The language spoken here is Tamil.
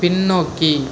பின்னோக்கி